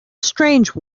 strange